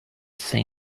say